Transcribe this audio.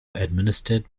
administered